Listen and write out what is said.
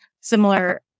similar